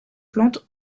plantes